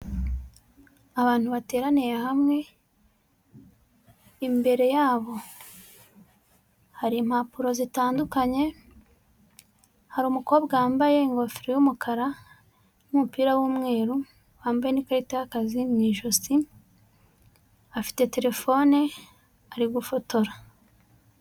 Abantu bateraniye hamwe, imbere yabo hari impapuro zitandukanye, harumu umukobwa wambaye ingofero yumukara n'umupira w'umweru, wambaye n'ikarita y'akazi mu ijosi, afite terefone, ari gufotora.